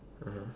(uh huh)